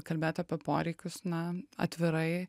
kalbėt apie poreikius na atvirai